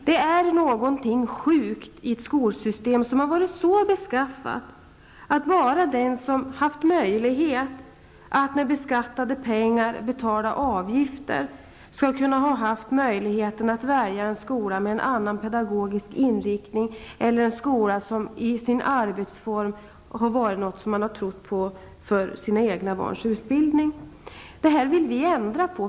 Det är någonting sjukt i ett skolsystem som är så beskaffat att det bara är den som har möjlighet att med beskattade pengar betala avgifter som kan välja en skola med en annan pedagogisk inriktning eller en skola som i sin arbetsform har någonting som man tror på för sina egna barns utbildning. Det här vill vi ändra på.